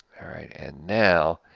alright and now,